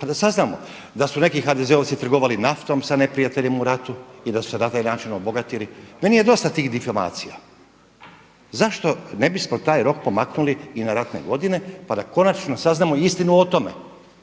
pa da saznamo. Da su neki HDZ-ovci trgovali sa naftom sa neprijateljem u ratu i da su se na taj način obogatili. Meni je dosta tih difamacija. Zašto ne bismo taj rok pomaknuli i na ratne godine, pa da konačno saznamo istinu o tome.